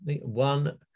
One